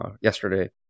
Yesterday